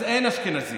אז אין אשכנזי,